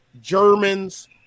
Germans